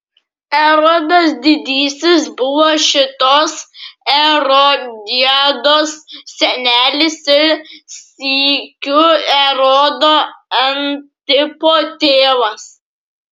erodas didysis buvo šitos erodiados senelis ir sykiu erodo antipo tėvas